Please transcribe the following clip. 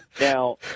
Now